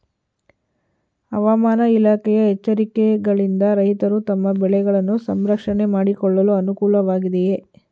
ಹವಾಮಾನ ಇಲಾಖೆಯ ಎಚ್ಚರಿಕೆಗಳಿಂದ ರೈತರು ತಮ್ಮ ಬೆಳೆಗಳನ್ನು ಸಂರಕ್ಷಣೆ ಮಾಡಿಕೊಳ್ಳಲು ಅನುಕೂಲ ವಾಗಿದೆಯೇ?